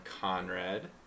Conrad